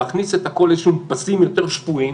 להכניס את הכול לאיזשהם פסים יותר שפויים,